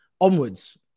onwards